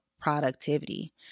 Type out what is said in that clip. productivity